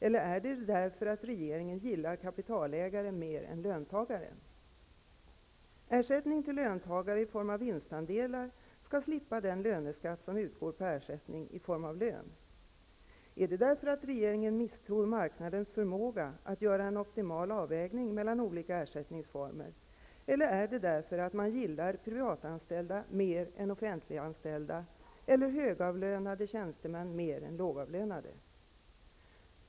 Eller är anledningen att regeringen gillar kapitalägare mer än löntagare? Ersättning till löntagare i form av vinstandelar skall slippa den löneskatt som utgår på ersättning i form av lön. Är anledningen att regeringen misstror marknadens förmåga att göra en optimal avvägning mellan olika ersättningsformer? Eller är anledningen att man gillar privatanställda mer än offentliganställda eller högavlönade tjänstemän mer än lågavlönade?